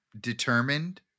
determined